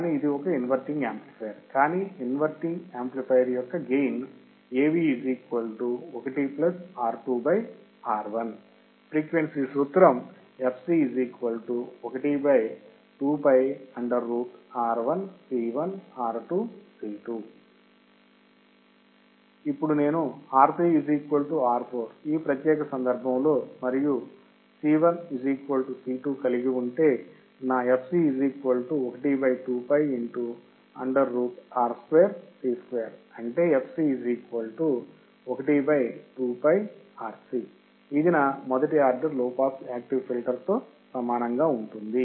కాని ఇది ఒక ఇన్వర్టింగ్ యాంప్లిఫయర్ కాని ఇన్వర్టింగ్ యాంప్లిఫయర్ యొక్క గెయిన్ ఫ్రీక్వెన్సీ సూత్రం ఇప్పుడు నేనుR3 R4 ఈ ప్రత్యేక సందర్భంలో మరియు C1 C2 కలిగి ఉంటే నా అంటే ఇది నా మొదటి ఆర్డర్ లో పాస్ యాక్టివ్ ఫిల్టర్తో సమానంగా ఉంటుంది